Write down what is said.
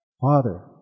Father